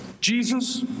Jesus